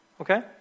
Okay